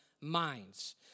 minds